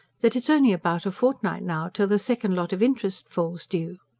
that it's only about a fortnight now till the second lot of interest falls due.